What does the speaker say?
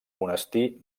monestir